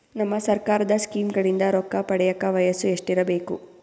ನಮ್ಮ ಸರ್ಕಾರದ ಸ್ಕೀಮ್ಗಳಿಂದ ರೊಕ್ಕ ಪಡಿಯಕ ವಯಸ್ಸು ಎಷ್ಟಿರಬೇಕು?